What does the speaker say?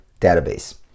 database